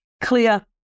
clear